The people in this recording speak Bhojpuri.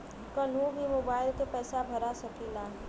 कन्हू भी मोबाइल के पैसा भरा सकीला?